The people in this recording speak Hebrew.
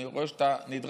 אני רואה שאתה נדרכת.